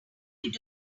doing